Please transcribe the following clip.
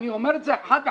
אני אומר את זה חד וחלק,